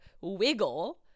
wiggle